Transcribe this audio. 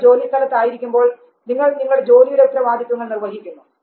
നിങ്ങൾ ജോലിസ്ഥലത്ത് ആയിരിക്കുമ്പോൾ നിങ്ങൾ നിങ്ങളുടെ ജോലിയുടെ ഉത്തരവാദിത്വങ്ങൾ നിർവഹിക്കുന്നു